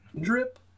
Drip